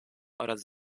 oraz